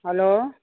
hello